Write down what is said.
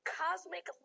cosmic